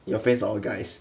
your friends are all guys